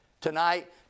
tonight